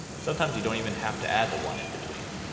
sometimes you don't even have to add the one in between.